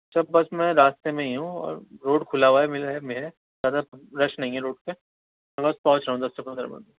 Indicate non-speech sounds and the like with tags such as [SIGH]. اچھا بس میں راستہ میں ہی ہوں اور روڈ کھلا ہوا ہے [UNINTELLIGIBLE] زیادہ رش نہیں ہے روڈ پہ بس پہنچ رہا ہوں دس سے پندرہ منٹ میں